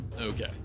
Okay